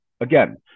Again